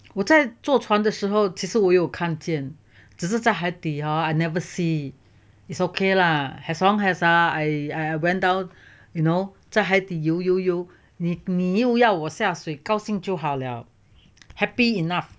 我在坐船的时候其实我有看见只是在海底 hor I never see it's okay lah as long as I I went down you know 在海底游游游你你又要我下水高兴就好了 happy enough